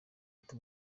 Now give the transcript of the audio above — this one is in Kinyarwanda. ati